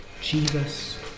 Jesus